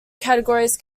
categories